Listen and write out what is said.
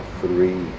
three